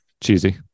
cheesy